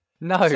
no